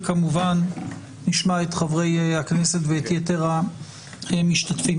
וכמובן נשמע את חברי הכנסת ואת יתר המשתתפים.